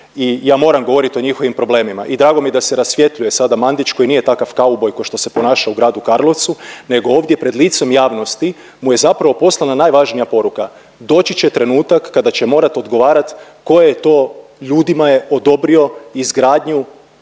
i ja moram govorit o njihovim problemima i drago mi je da se rasvjetljuje sada Mandić koji nije takav kauboj košto se ponaša u gradu Karlovcu nego ovdje pred licem javnosti mu je zapravo poslana najvažnija poruka. Doći će trenutak kada će morat odgovarat kojim to ljudima je odobrio izgradnju